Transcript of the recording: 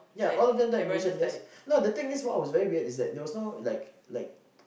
yeah all of them died gruesome deaths no the thing is what was very weird is that there was no like like